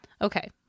Okay